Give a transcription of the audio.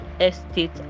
estate